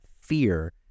fear